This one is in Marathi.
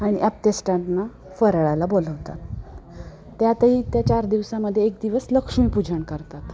आणि अप्तेष्टांना फरळाला बोलवतात त्यातही त्या चार दिवसामध्ये एक दिवस लक्ष्मीपूजन करतात